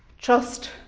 Trust